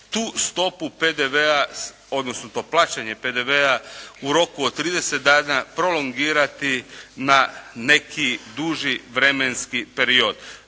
tu stopu PDV-a, odnosno to plaćanje PDV-a u roku od 30 dana prolongirati na neki duži vremenski period.